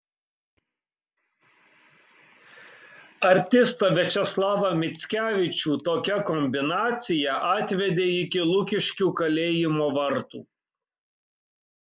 artistą viačeslavą mickevičių tokia kombinacija atvedė iki lukiškių kalėjimo vartų